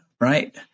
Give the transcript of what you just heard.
right